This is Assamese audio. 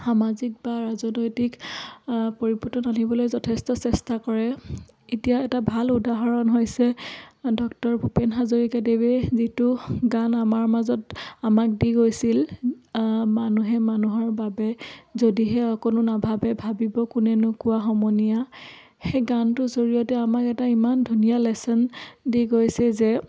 সামাজিক বা ৰাজনৈতিক পৰিৱৰ্তন আনিবলৈ যথেষ্ট চেষ্টা কৰে এতিয়া এটা ভাল উদাহৰণ হৈছে ডক্টৰ ভূপেন হাজৰিকাদেৱে যিটো গান আমাৰ মাজত আমাক দি গৈছিল মানুহে মানুহৰ বাবে যদিহে অকনো নাভাবে ভাবিব কোনেনো কোৱা সমনীয়া সেই গানটোৰ জৰিয়তে আমাক এটা ইমান ধুনীয়া লেচন দি গৈছে যে